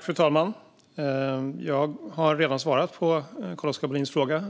Fru talman! Jag har redan svarat på Carl-Oskar Bohlins fråga.